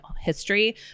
history